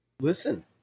Listen